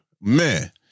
Man